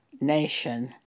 nation